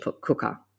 cooker